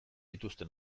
dituzte